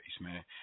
man